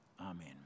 Amen